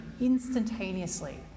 instantaneously